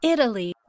Italy